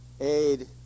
aid